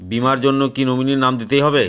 বীমার জন্য কি নমিনীর নাম দিতেই হবে?